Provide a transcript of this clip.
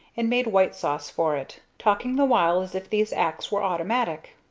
and made white sauce for it, talking the while as if these acts were automatic.